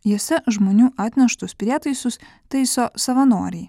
jose žmonių atneštus prietaisus taiso savanoriai